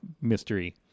mystery